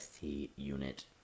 unit